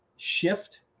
shift